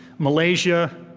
malaysia,